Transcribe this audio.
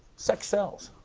sex sells.